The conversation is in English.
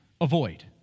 Avoid